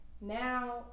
Now